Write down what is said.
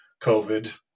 COVID